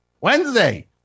Wednesday